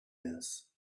this